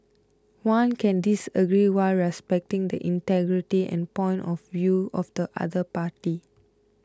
one can disagree while respecting the integrity and point of view of the other party